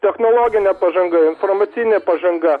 technologinė pažanga informacinė pažanga